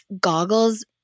goggles